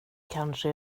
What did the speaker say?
kanske